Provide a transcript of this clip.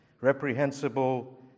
reprehensible